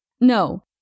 No